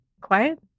Quiet